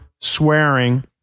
swearing